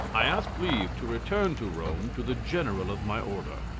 i asked leave to return to rome to the general of my order.